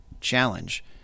challenge